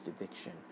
eviction